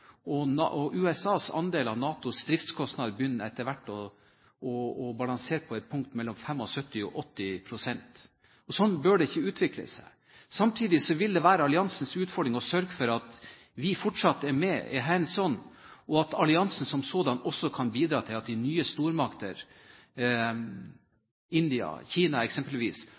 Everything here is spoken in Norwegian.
USAs andel av NATOs driftskostnader begynner etter hvert å balansere på et punkt mellom 75 og 80 pst., og slik bør det ikke utvikle seg. Samtidig vil det være alliansens utfordring å sørge for at vi fortsatt er med, er «hands on», og at alliansen som sådan kan bidra til at de nye stormakter, f.eks. India og Kina,